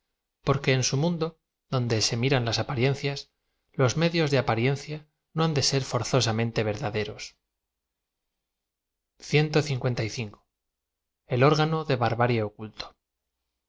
porque en su mundo don de se miran las apariencias los medios de apariencia no han de ser forzosamente verdaderos órgano de barbarie oculto